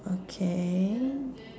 okay